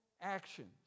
actions